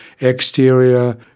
exterior